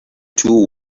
two